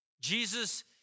Jesus